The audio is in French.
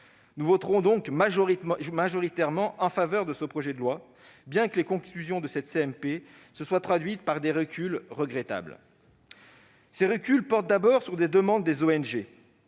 Nous voterons donc majoritairement en faveur de ce projet de loi, bien que les conclusions de la commission mixte paritaire se soient traduites par des reculs regrettables. Ces reculs portent d'abord sur des demandes des ONG